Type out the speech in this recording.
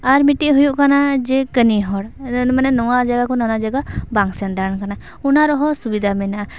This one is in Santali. ᱟᱨ ᱢᱤᱫᱴᱮᱡ ᱦᱩᱭᱩᱜ ᱠᱟᱱᱟ ᱡᱮ ᱠᱟᱹᱢᱤ ᱦᱚᱲ ᱢᱟᱱᱮ ᱱᱚᱣᱟ ᱡᱟᱜᱟ ᱠᱷᱚᱱ ᱚᱱᱟ ᱡᱟᱜᱟ ᱵᱟᱝ ᱥᱮᱱ ᱫᱟᱲᱮᱱ ᱠᱟᱱᱟ ᱚᱱᱟ ᱨᱮᱦᱚᱸ ᱥᱩᱵᱤᱫᱷᱟ ᱢᱮᱱᱟᱜᱼᱟ